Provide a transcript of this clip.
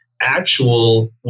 actual